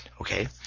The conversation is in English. okay